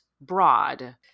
broad